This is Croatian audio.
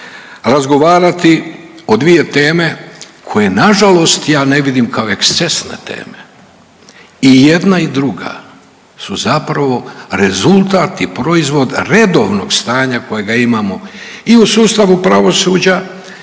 razgovarati o dvije teme koje nažalost ja ne vidim kao ekscesne teme. I jedna i druga su zapravo rezultat i proizvod redovnog stanja kojega imamo i u sustavu pravosuđa